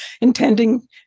intending